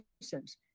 citizens